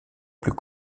plus